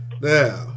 Now